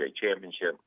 Championship